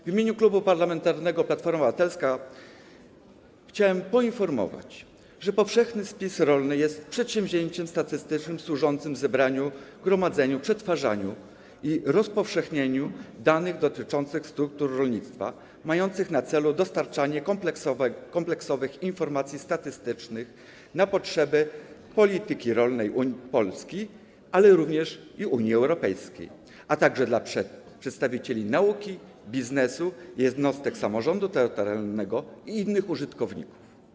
W imieniu Klubu Parlamentarnego Platforma Obywatelska chciałbym poinformować, że powszechny spis rolny jest przedsięwzięciem statystycznym służącym zbieraniu, gromadzeniu, przetwarzaniu i rozpowszechnianiu danych dotyczących struktur rolnictwa, mającym na celu dostarczenie kompleksowych informacji statystycznych na potrzeby polityki rolnej Polski, jak również Unii Europejskiej, a także na potrzeby przedstawicieli nauki, biznesu, jednostek samorządu terytorialnego i innych użytkowników.